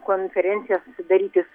konferenciją susidaryti su